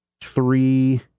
three